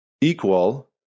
equal